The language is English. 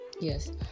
Yes